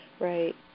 Right